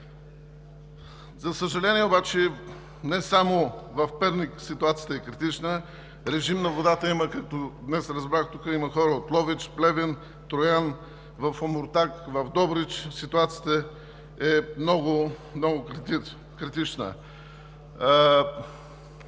За съжаление обаче, не само в Перник ситуацията е критична. Режим на водата има – днес разбрах, тук има хора от Ловеч, Плевен, Троян, в Омуртаг, в Добрич ситуацията е много критична.